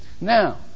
Now